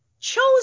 chose